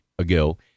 Ago